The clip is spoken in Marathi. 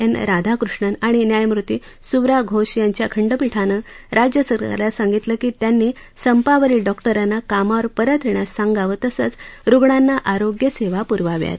एन राधाकृष्णन आणि न्यायमुर्ती सुव्रा घोष यांच्या खंडपीठानं राज्य सरकारला सांगितलं की त्यांनी संपावरील डॉक्टराना कामावर परत येण्यात सांगावं आणि रुग्णांना आरोग्यसेवा पुरवाव्यात